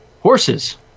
Horses